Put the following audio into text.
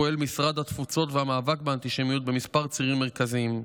פועל משרד התפוצות והמאבק באנטישמיות בכמה צירים מרכזיים.